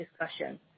discussion